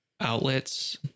Outlets